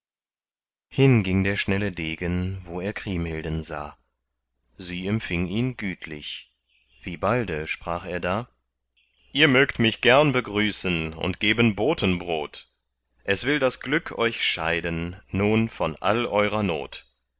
hin ging der schnelle degen wo er kriemhilden sah sie empfing ihn gütlich wie balde sprach er da ihr mögt mich gern begrüßen und geben botenbrot es will das glück euch scheiden nun von all eurer not